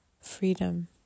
freedom